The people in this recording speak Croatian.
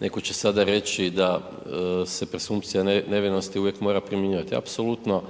neko će sada reći da se presumpcija nevinosti uvijek mora primjenjivati, apsolutno